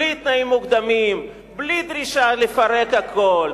בלי תנאים מוקדמים, בלי דרישה לפרק הכול.